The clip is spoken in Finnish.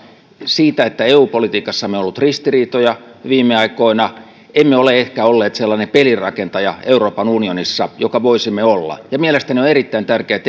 siitä että eu politiikassamme on ollut ristiriitoja viime aikoina emme ole ehkä olleet sellainen pelinrakentaja euroopan unionissa joka voisimme olla mielestäni on erittäin tärkeää että